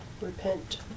Repent